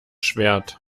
schwert